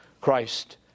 Christ